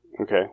Okay